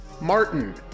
Martin